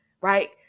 right